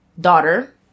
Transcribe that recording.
daughter